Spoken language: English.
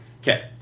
Okay